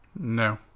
No